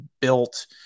built